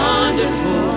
Wonderful